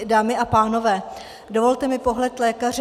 Dámy a pánové, dovolte mi pohled lékaře.